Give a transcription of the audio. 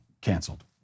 canceled